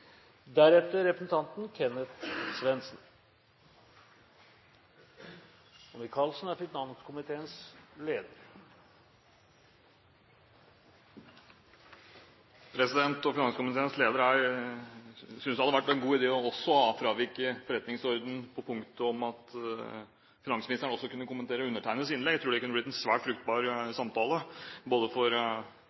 Finanskomiteens leder synes det hadde vært en god idé også å fravike forretningsordenen slik at finansministeren kunne kommentert undertegnedes innlegg. Jeg tror det kunne blitt en svært fruktbar samtale, både for